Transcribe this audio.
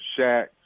Shaq